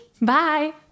bye